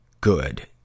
good